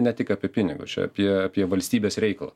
ne tik apie pinigus čia apie apie valstybės reikalą